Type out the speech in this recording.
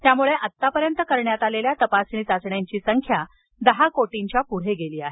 त्यामुळे आत्तापर्यंत करण्यात आलेल्या तपासणी चाचण्यांची संख्या दहा कोटींच्या पुढे गेली आहे